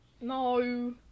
No